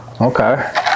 okay